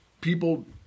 people